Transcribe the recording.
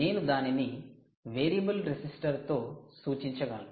నేను దానిని variable resistor తో సూచించగలను